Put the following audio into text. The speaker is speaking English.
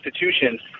institutions